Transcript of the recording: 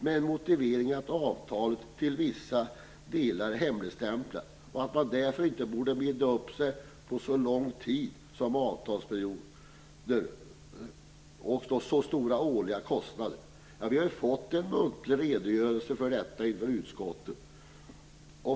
Deras motivering är att avtalet till vissa delar är hemligstämplat och att man därför inte borde binda upp sig för så långa avtalsperioder och så höga årliga kostnader för staten. Vi har ju i utskottet fått en muntlig redogörelse för detta.